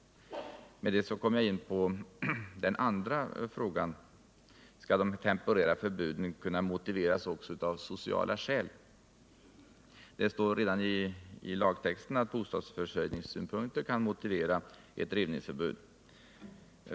Med detta kommer jag in på den andra frågan: Skall de temporära förbuden kunna motiveras också av ”sociala skäl”? Det står redan i lagtexten att ”bostadsförsörjningssynpunkter” kan motivera ett rivningsförbud.